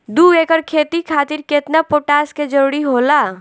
दु एकड़ खेती खातिर केतना पोटाश के जरूरी होला?